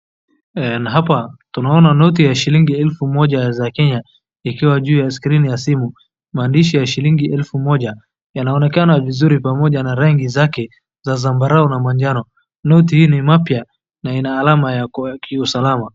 Na hapa tunaona noti ya shilingi elfu moja za Kenya ikiwa juu ya skrini ya simu, maandishi ya elfu moja yanaonekana vizuri pamoja na rangi zake za zambarau na manjano noti hii ni mapya na ina alama ya kiusalama.